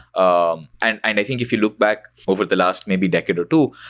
um and and i think if you look back over the last maybe decade or two,